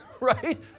right